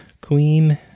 Queen